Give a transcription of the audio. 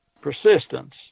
persistence